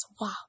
Wow